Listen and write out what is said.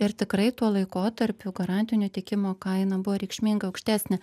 ir tikrai tuo laikotarpiu garantinio tiekimo kaina buvo reikšmingai aukštesnė